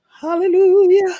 hallelujah